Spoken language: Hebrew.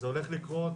זה הולך לקרות